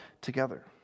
together